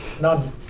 none